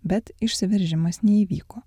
bet išsiveržimas neįvyko